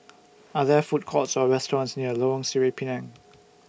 Are There Food Courts Or restaurants near Lorong Sireh Pinang